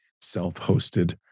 self-hosted